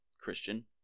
Christian